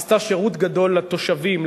עשתה שירות גדול לתושבים,